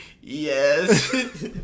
Yes